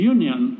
Union